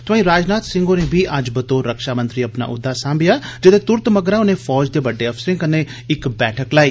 तोआई राजनाथ सिंह होरें बी अज्ज बतौर रक्षामंत्री अपना ओह्दा साम्बेआ जेदे तुरत मगरा उनें फौज दे बड्डे अफसरें कन्नै इक बैठक लाई